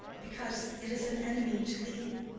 because it is an enemy to thee.